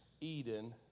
Eden